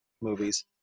movies